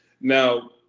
now